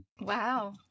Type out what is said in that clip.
Wow